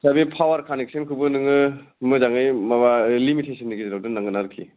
दा बे पावार कानेकसनखौबो नोङो मोजाङै माबा लिमिटेसननि गेजेराव दोननांगोन आरोखि